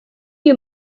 you